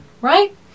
right